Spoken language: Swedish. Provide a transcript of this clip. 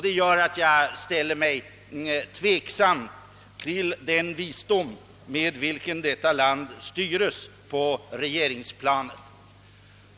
Det gör att jag ställer mig tveksam till den visdom med vilken detta land styres på regeringsplanet.